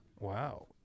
Wow